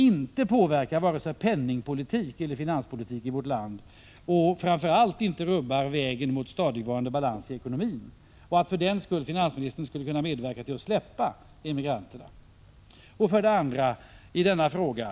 Inte påverkar det vare sig penningpolitik eller finanspolitik i vårt land, och framför allt rubbar det inte vägen mot stadigvarande balans i ekonomin. Skulle inte finansministern för den skull kunna medverka till att släppa emigranterna? Så till min andra följdfråga.